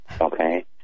okay